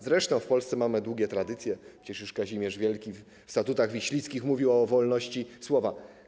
Zresztą w Polsce mamy długie tradycje, przecież już Kazimierz Wielki w statutach wiślickich mówił o wolności słowa.